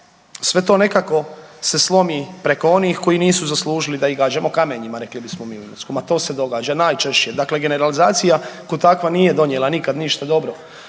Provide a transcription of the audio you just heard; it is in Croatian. sve to nekako se slomi preko onih koji nisu zaslužili da ih gađamo kamenjima rekli bismo mi u Imotskom, a to se događa najčešće. Dakle, generalizacija kao takva nije donijela nikad ništa dobro.